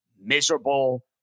miserable